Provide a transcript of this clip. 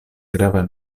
grava